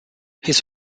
his